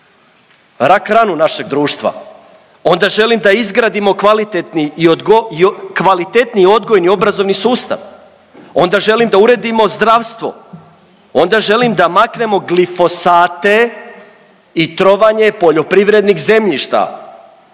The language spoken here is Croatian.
rak ranu našeg društva. Onda želim da izgradimo kvalitetni i odgo… kvalitetniji odgojni obrazovni sustav. Onda želim da uredimo zdravstvo. Onda želim da maknemo glifosate i trovanje poljoprivrednih zemljišta